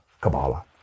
Kabbalah